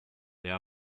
there